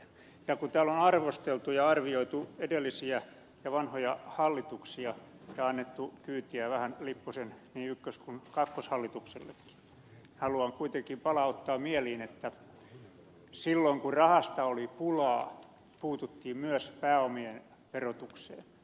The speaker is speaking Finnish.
ja kun täällä on arvosteltu ja arvioitu edellisiä ja vanhoja hallituksia ja annettu kyytiä vähän niin lipposen ykkös kuin kakkoshallituksellekin niin haluan kuitenkin palauttaa mieliin että silloin kun rahasta oli pulaa puututtiin myös pääomien verotukseen